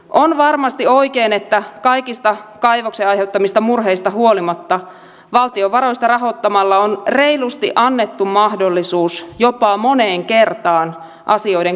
on varmasti oikein että kaikista kaivoksen aiheuttamista murheista huolimatta valtion varoista rahoittamalla on reilusti annettu mahdollisuus jopa moneen kertaan asioiden korjaamiseen